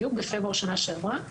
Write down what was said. בדיוק בפברואר שנה שעברה,